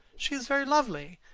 she is very lovely,